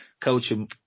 coaching